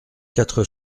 quatre